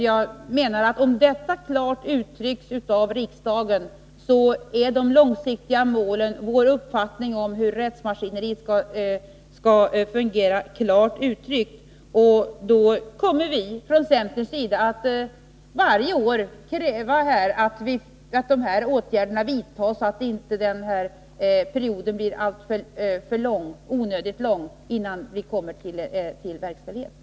Jag menar att om detta klart utsägs av riksdagen, kommer också vår uppfattning om de långsiktiga målen för hur rättsmaskineriet skall fungera till klart uttryck. Vi kommer då från centerns sida varje år att kräva att åtgärder vidtas för att perioden innan vi kommer fram till målet inte skall bli onödigt lång.